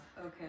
Okay